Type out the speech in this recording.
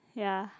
ya